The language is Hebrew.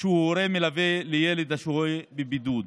שהוא הורה מלווה לילד השוהה בבידוד.